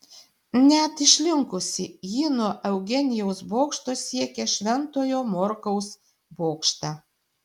net išlinkusi ji nuo eugenijaus bokšto siekia šventojo morkaus bokštą